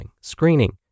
screening